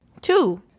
Two